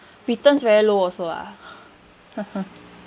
returns very low also ah